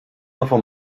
nową